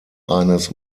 eines